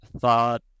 thought